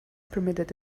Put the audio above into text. permitted